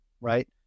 right